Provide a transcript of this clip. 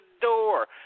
door